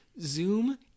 zoom